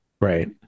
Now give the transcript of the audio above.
Right